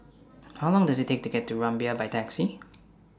How Long Does IT Take to get to Rumbia By Taxi